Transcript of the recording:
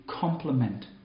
complement